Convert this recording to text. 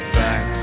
back